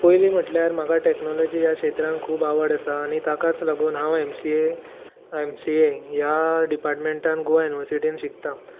पयलीं म्हटल्यार म्हाका टॅक्नोलाॅजी ह्या क्षेत्रान खूब आवड आसा आनी ताकाच लागून हांव एम सी ए सी ह्या डिपार्टमेंटान गोवा युनिव्हरसिटीन शिकतां